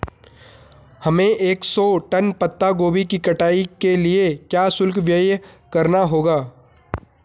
हमें एक सौ टन पत्ता गोभी की कटाई के लिए क्या शुल्क व्यय करना होगा?